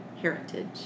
heritage